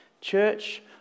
Church